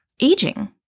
aging